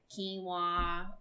quinoa